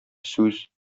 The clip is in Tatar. сүз